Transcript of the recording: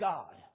God